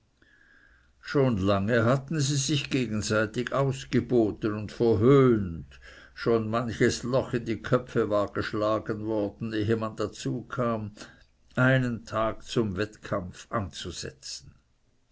schon lange hatten sie sich gegenseitig ausgeboten und verhöhnt schon manches loch in die köpfe war geschlagen worden ehe man dazu kam einen tag zum wettkampf anzusetzen